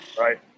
Right